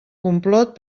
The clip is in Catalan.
complot